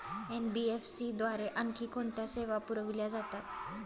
NBFC द्वारे आणखी कोणत्या सेवा पुरविल्या जातात?